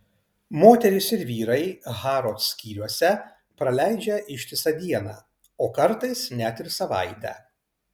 moterys ir vyrai harrods skyriuose praleidžia ištisą dieną o kartais net ir savaitę